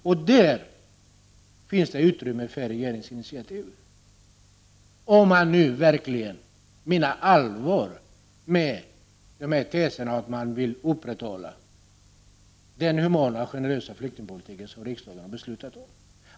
Och där finns det utrymme för regeringsinitiativ, om man verkligen menar allvar med att man vill upprätthålla den humana och generösa flyktingpolitik som riksdagen har beslutat om.